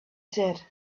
said